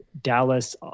Dallas